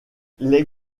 les